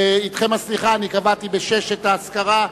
אתכם הסליחה, אני קבעתי לשעה 18:00 את האזכרה,